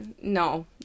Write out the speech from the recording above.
no